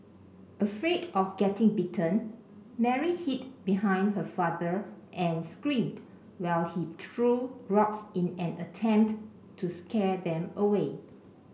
afraid of getting bitten Mary hid behind her father and screamed while he threw rocks in an attempt to scare them away